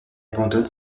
abandonne